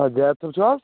A Javed صٲب چھِو حظ